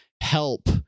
help